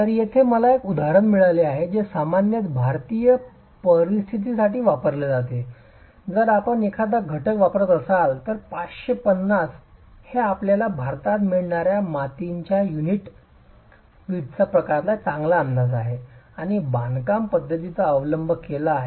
तर येथे मला एक उदाहरण मिळाले आहे जे सामान्यत भारतीय परिस्थितीसाठी वापरले जाते जर आपण एखादा घटक वापरत असाल तर 550 हे आपल्याला भारतात मिळणार्या मातीच्या वीट युनिटच्या प्रकाराचा एक चांगला अंदाज आहे आणि बांधकाम पद्धतीचा अवलंब केला आहे